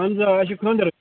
اَہَن حظ آ اَسہِ چھُ خانٛدَر